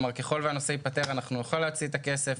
ככול והנושא ייפתר אנחנו נוכל להוציא את הכסף.